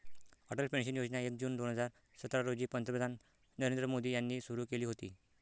Atal pension योजना एक जून दोन हजार सतरा रोजी पंतप्रधान नरेंद्र मोदी यांनी सुरू केली होती